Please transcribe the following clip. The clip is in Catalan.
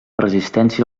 resistència